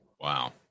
Wow